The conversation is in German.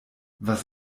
was